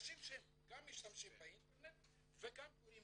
והאנשים שגם משתמשים באינטרנט וגם קוראים